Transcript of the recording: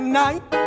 night